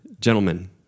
Gentlemen